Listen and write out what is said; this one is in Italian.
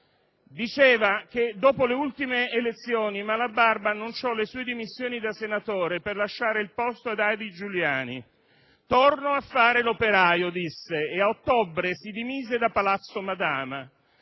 diceva: «Dopo le ultime elezioni, Malabarba annunciò le sue dimissioni da senatore per lasciare il posto ad Haidi Giuliani. "Torno a fare l'operaio", disse, e a ottobre si dimise da Palazzo Madama.